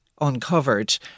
uncovered